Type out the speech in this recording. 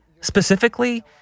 Specifically